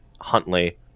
Huntley